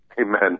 Amen